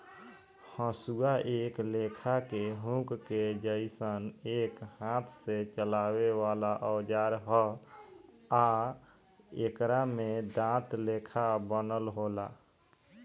हसुआ एक लेखा के हुक के जइसन एक हाथ से चलावे वाला औजार ह आ एकरा में दांत लेखा बनल होला